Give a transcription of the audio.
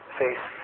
face